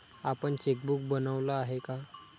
आपण चेकबुक बनवलं आहे का?